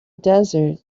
desert